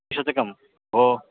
द्विशतकं भोः